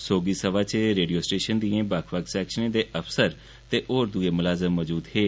शोक सभा च रेडियो स्टेशन दिएं बक्ख बक्ख सैक्शनें दे अफसर ते होर दुए मलाजम मौजूद हे